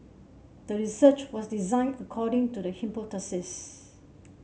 the research was designed according to the hypothesis